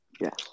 Yes